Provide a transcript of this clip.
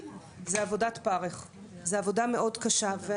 מה מגגלים